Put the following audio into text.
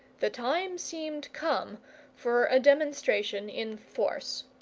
the time seemed come for a demonstration in force.